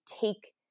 take